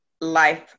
life